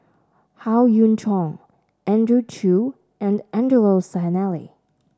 Howe Yoon Chong Andrew Chew and Angelo Sanelli